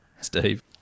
Steve